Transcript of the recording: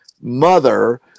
mother